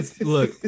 look